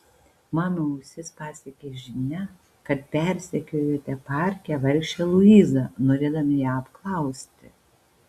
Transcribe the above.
mano ausis pasiekė žinia kad persekiojote parke vargšę luizą norėdami ją apklausti